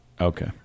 Okay